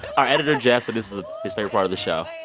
our editor, jeff, said this his favorite part of the show.